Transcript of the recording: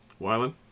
Wylan